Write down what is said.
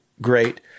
Great